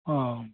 अँ